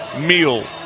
meal